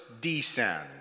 descend